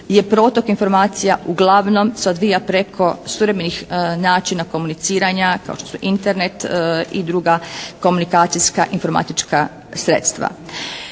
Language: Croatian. je protok informacija uglavnom se odvija preko suvremenih načina komuniciranja, kao što su Internet i druga komunikacijska informatička sredstva.